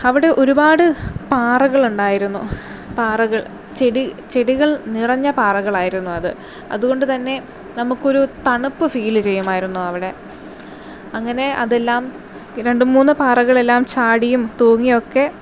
അവിടെ ഒരുപാട് പാറകളുണ്ടായിരുന്നു പാറകള് ചെടി ചെടികൾ നിറഞ്ഞ പാറകളായിരുന്നു അത് അതുകൊണ്ടു തന്നെ നമുക്കൊരു തണുപ്പ് ഫീൽ ചെയ്യുമായിരുന്നു അവിടെ അങ്ങനെ അതെല്ലാം രണ്ടു മൂന്ന് പാറകളെല്ലാം ചാടിയും തൂങ്ങിയും ഒക്കെ